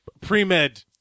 Pre-med